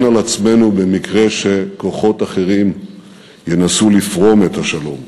על עצמנו במקרה שכוחות אחרים ינסו לפרום את השלום.